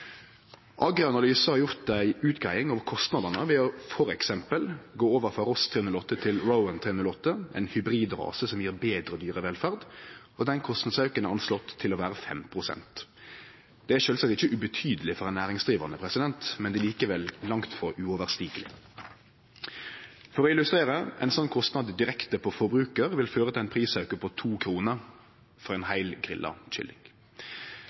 har gjort ei utgreiing om kostnadene ved t.d. å gå over frå Ross 308 til Rowan 308, ein hybridrase som gjev betre dyrevelferd, og den kostnadsauken er anslått til å vere 5 pst. Det er sjølvsagt ikkje ubetydeleg for ein næringsdrivande, men det er likevel langt frå uoverstigeleg. For å illustrere: Ein slik kostnad direkte på forbrukaren vil føre til ein prisauke på to kroner for ein heil grilla kylling.